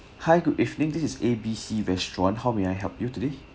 hi good evening this is A B C restaurant how may I help you today